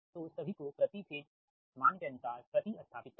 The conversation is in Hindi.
तो सभी को प्रति फेज मान के अनुसार प्रति स्थापित करें